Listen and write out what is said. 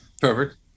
perfect